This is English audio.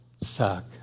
suck